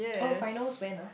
oh finals when ah